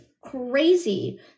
crazy